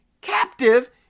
captive